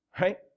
Right